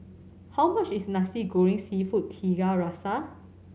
how much is Nasi Goreng Seafood Tiga Rasa